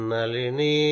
Nalini